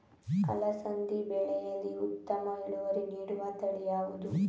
ಅಲಸಂದಿ ಬೆಳೆಯಲ್ಲಿ ಉತ್ತಮ ಇಳುವರಿ ನೀಡುವ ತಳಿ ಯಾವುದು?